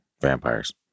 vampires